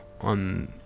on